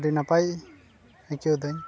ᱟᱹᱰᱤ ᱱᱟᱯᱟᱭ